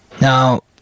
Now